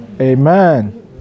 Amen